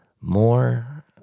more